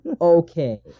okay